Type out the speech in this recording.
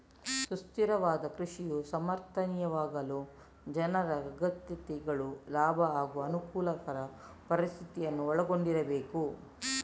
ಸುಸ್ಥಿರವಾದ ಕೃಷಿಯು ಸಮರ್ಥನೀಯವಾಗಲು ಜನರ ಅಗತ್ಯತೆಗಳು ಲಾಭ ಹಾಗೂ ಅನುಕೂಲಕರ ಪರಿಸ್ಥಿತಿಯನ್ನು ಒಳಗೊಂಡಿರಬೇಕು